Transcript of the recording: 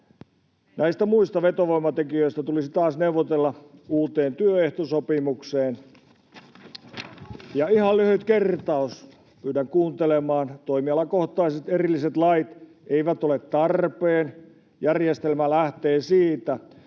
Näistä muista vetovoimatekijöistä tulisi taas neuvotella uuteen työehtosopimukseen. [Krista Kiuru: Jopa tonni lähtee palkasta!] Ja ihan lyhyt kertaus, pyydän kuuntelemaan: ”Toimialakohtaiset erilliset lait eivät ole tarpeen. Järjestelmä lähtee siitä,